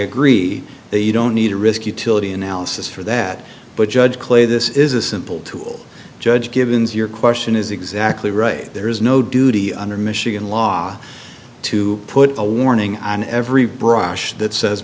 agree they don't need to risk utility analysis for that but judge clay this is a simple tool judge givens your question is exactly right there is no duty under michigan law to put a warning on every brush that says